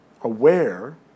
aware